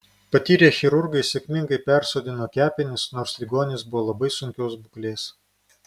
patyrę chirurgai sėkmingai persodino kepenis nors ligonis buvo labai sunkios būklės